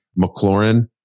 McLaurin